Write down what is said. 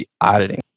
auditing